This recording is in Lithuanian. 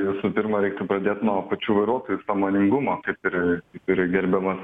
visų pirma reiktų pradėt nuo pačių vairuotojų sąmoningumo kaip ir yra gerbiamas